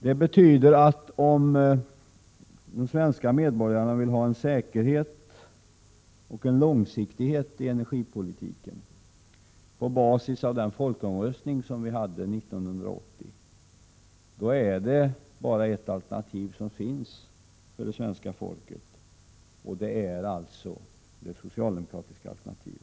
Det betyder att om de svenska medborgarna vill ha en säkerhet och en långsiktighet i energipolitiken, på basis av den folkomröstning som hölls år 1980, så finns det bara ett alternativ för det svenska folket, och det är det socialdemokratiska alternativet.